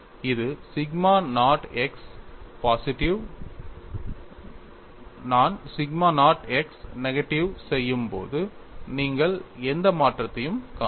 இது sigma naught x பாசிட்டிவ்க்கு நான் சிக்மா நாட் x நெகட்டிவ் செய்யும் போது நீங்கள் எந்த மாற்றத்தையும் காணலாம்